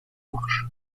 marche